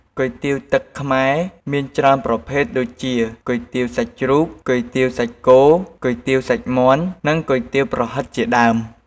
គុយទាវទឹកខ្មែរ មានច្រើនប្រភេទដូចជា គុយទាវសាច់ជ្រូក គុយទាវសាច់គោ គុយទាវសាច់មាន់ និងគុយទាវប្រហិតជាដើម។